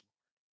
Lord